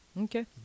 Okay